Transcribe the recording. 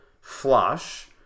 flush